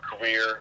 career